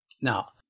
Now